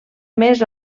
més